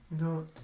No